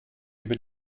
über